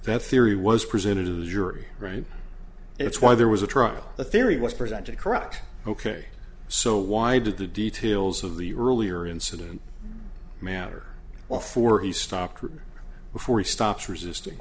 that theory was presented as you're right it's why there was a trial the theory was presented correct ok so why did the details of the earlier incident matter well for he stopped before he stops resist